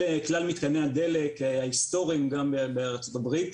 מתקני הדלק ההיסטוריים גם בארצות הברית.